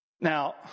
now